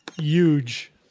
Huge